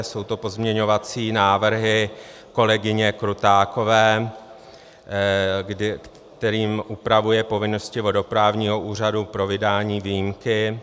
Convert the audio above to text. Jsou to pozměňovací návrhy kolegyně Krutákové, kterými upravuje povinnosti vodoprávního úřadu pro vydání výjimky.